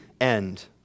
end